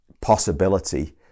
possibility